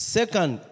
Second